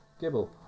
Gibble